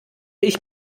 ich